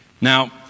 Now